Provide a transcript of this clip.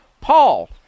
Paul